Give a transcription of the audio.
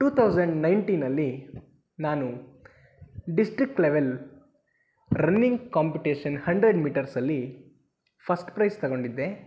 to thousand ನೈನ್ಟೀನಲ್ಲಿ ನಾನು district level running competition hundred ಮೀಟರ್ಸಲ್ಲಿ ಫಸ್ಟ್ ಪ್ರೈಝ್ ತಗೊಂಡಿದ್ದೆ